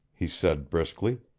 he said briskly.